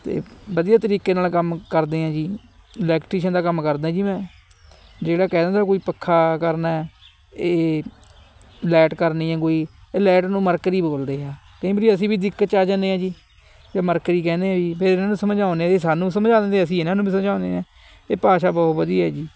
ਅਤੇ ਵਧੀਆ ਤਰੀਕੇ ਨਾਲ ਕੰਮ ਕਰਦੇ ਹਾਂ ਜੀ ਇਲੈਕਟ੍ਰੀਸ਼ਨ ਦਾ ਕੰਮ ਕਰਦਾਂ ਜੀ ਮੈਂ ਜਿਹੜਾ ਕਹਿ ਦਿੰਦਾ ਕੋਈ ਪੱਖਾ ਕਰਨਾ ਇਹ ਲਾਇਟ ਕਰਨੀ ਹੈ ਕੋਈ ਇਹ ਲਾਇਟ ਨੂੰ ਮਰਕਰੀ ਬੋਲਦੇ ਆ ਕਈ ਵਾਰੀ ਅਸੀਂ ਵੀ ਦਿੱਕਤ 'ਚ ਆ ਜਾਂਦੇ ਆ ਜੀ ਅਤੇ ਮਰਕਰੀ ਕਹਿੰਦੇ ਆ ਜੀ ਫਿਰ ਇਹਨਾਂ ਨੂੰ ਸਮਝਾਉਂਦੇ ਜੀ ਸਾਨੂੰ ਸਮਝਾ ਦਿੰਦੇ ਅਸੀਂ ਇਹਨਾਂ ਨੂੰ ਵੀ ਸਮਝਾਉਂਦੇ ਆ ਇਹ ਭਾਸ਼ਾ ਬਹੁਤ ਵਧੀਆ ਜੀ